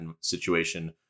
situation